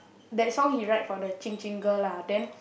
that song he write for the Qing Qing girl lah then